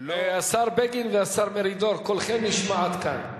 השר בגין והשר מרידור, קולכם נשמע עד כאן.